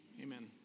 amen